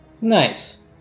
Nice